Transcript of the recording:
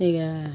ఇక